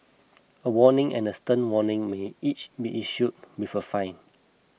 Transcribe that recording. a warning and a stern warning may each be issued with a fine